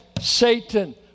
Satan